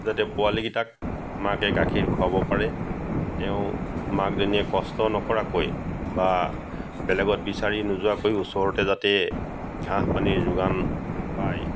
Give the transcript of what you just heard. যাতে পোৱালিকেইটাক মাকে গাখীৰ খোৱাব পাৰে তেওঁ মাকজনীয়ে কষ্ট নকৰাকৈ বা বেলেগত বিচাৰি নোযোৱাকৈও ওচৰতে যাতে ঘাঁহ পানীৰ যোগান পায়